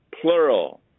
plural